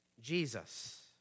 Jesus